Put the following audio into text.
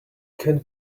could